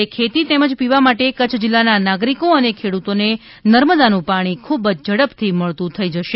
એટલે ખેતી તેમજ પીવા માટે કચ્છ જિલ્લાના નાગરિકો અને ખેડૂતોને નર્મદાનું પાણી ખૂબ જ ઝડપથી મળતુ થઈ જશે